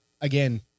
again